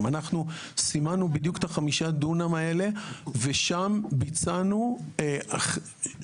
אז ודאי שם קשה לו לקבל החלטות נכונות בעניין